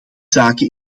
zaken